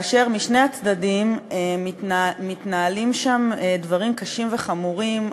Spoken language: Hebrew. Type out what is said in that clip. ומשני הצדדים מתנהלים שם דברים קשים וחמורים,